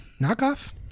Knockoff